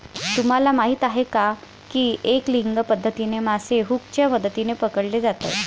तुम्हाला माहीत आहे का की एंगलिंग पद्धतीने मासे हुकच्या मदतीने पकडले जातात